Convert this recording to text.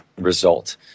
result